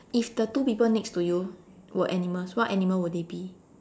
if the two people next to you were animals what animal would they be